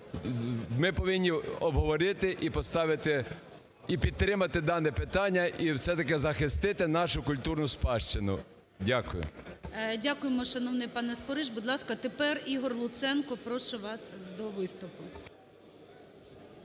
ми повинні обговорити, і поставити, і підтримати дане питання, і все-таки захистити нашу культурну спадщину. Дякую. ГОЛОВУЮЧИЙ. Дякуємо, шановний пане Спориш. Будь ласка, тепер Ігор Луценко, прошу вас до виступу.